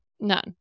None